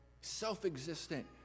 self-existent